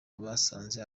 basanze